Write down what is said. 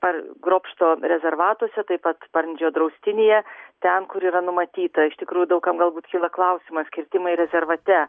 ar grobšto rezervatuose taip pat parnidžio draustinyje ten kur yra numatyta iš tikrųjų daug kam galbūt kyla klausimas kirtimai rezervate